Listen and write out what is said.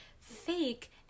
fake